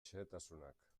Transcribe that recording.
xehetasunak